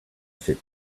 sit